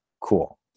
Cool